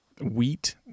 wheat